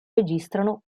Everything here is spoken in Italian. registrano